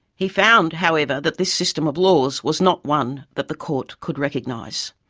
he found, however, that this system of laws was not one that the court could recognise.